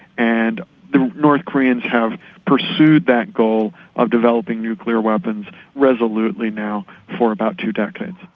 and the north koreans have pursued that goal of developing nuclear weapons resolutely now for about two decades.